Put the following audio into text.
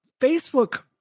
Facebook